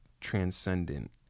transcendent